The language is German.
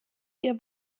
ihr